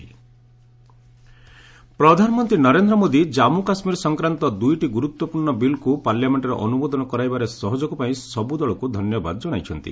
PM J and K bill ପ୍ରଧାନମନ୍ତ୍ରୀ ନରେନ୍ଦ୍ର ମୋଦୀ ଜାଞ୍ଗୁ କାଶ୍ମୀର ସଂକ୍ରାନ୍ତ ଦୁଇଟି ଗୁରୁତ୍ୱପୂର୍ଣ୍ଣ ବିଲ୍କୁ ପାର୍ଲାମେଣ୍ଟରେ ଅନୁମୋଦନ କରାଇବାରେ ସହଯୋଗ ପାଇଁ ସବୁ ଦଳକୁ ଧନ୍ୟବାଦ ଜଣାଇଛନ୍ତି